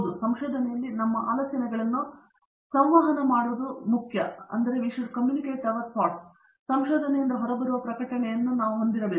ಮತ್ತು ಸಂಶೋಧನೆಯಲ್ಲಿ ನಮ್ಮ ಆಲೋಚನೆಗಳನ್ನು ಸಂವಹನ ಮಾಡುವುದು ಮುಖ್ಯವಾಗಿದೆ ಎಂದು ನಾವು ಹೇಳುತ್ತೇವೆ ಸಂಶೋಧನೆಯಿಂದ ಹೊರಬರುವ ಪ್ರಕಟಣೆಯನ್ನು ನಾವು ಹೊಂದಿರಬೇಕು